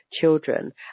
children